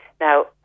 Now